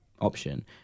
option